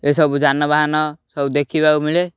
ଏସବୁ ଯାନବାହାନ ସବୁ ଦେଖିବାକୁ ମିଳେ